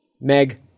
Meg